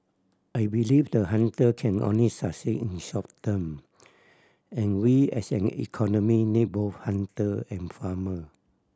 I believe the hunter can only succeed in short term and we as an economy need both hunter and farmer